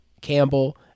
Campbell